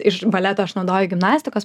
iš baleto aš naudoju gimnastikos